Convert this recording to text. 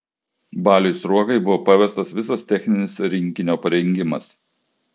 baliui sruogai buvo pavestas visas techninis rinkinio parengimas